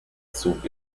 zug